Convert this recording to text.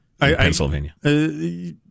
Pennsylvania